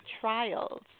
trials